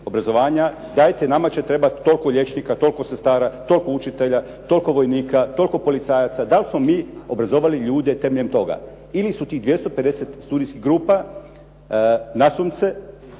dajte nama će trebati toliko liječnika, toliko sestara, toliko učitelja, toliko vojnika, toliko policajaca, da li smo mi obrazovali ljude temeljem toga ili su tih 250 studijskih grupa nasumice